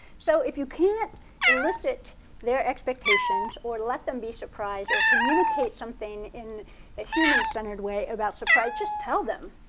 so if you can't elicit their expectations or let them be surprised or communicate something in a human centered way about surprise, just tell them.